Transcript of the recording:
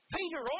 Peter